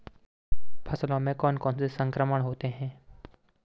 फसलों में कौन कौन से संक्रमण होते हैं?